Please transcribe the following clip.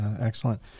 excellent